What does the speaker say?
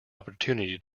opportunity